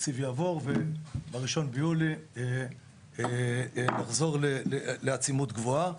התקציב יעבור וב-01 ביולי נחזור לעצימות גבוהה.